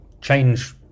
change